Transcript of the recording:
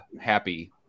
Happy